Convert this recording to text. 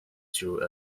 through